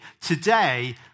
Today